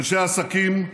אנשי עסקים,